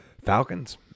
falcons